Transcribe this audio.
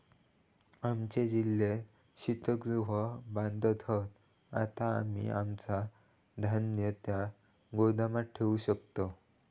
आमच्या जिल्ह्यात शीतगृह बांधत हत, आता आम्ही आमचा धान्य त्या गोदामात ठेवू शकतव